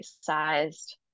sized